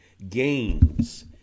Gains